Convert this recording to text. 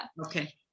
okay